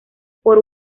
por